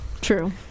True